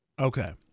okay